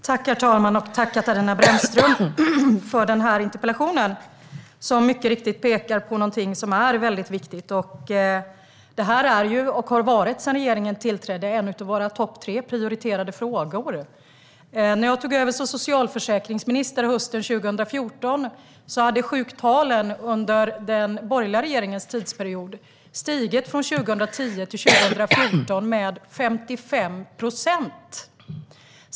Herr talman! Tack, Katarina Brännström, för interpellationen, som mycket riktigt pekar på något väldigt viktigt! Detta är, och har sedan regeringen tillträdde varit, en av våra tre högst prioriterade frågor. När jag tog över som socialförsäkringsminister hösten 2014 hade sjuktalen under den borgerliga regeringens tid stigit med 55 procent från 2010 till 2014.